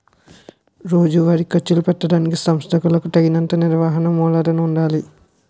రోజువారీ ఖర్చులు పెట్టడానికి సంస్థలకులకు తగినంత నిర్వహణ మూలధనము ఉండాలి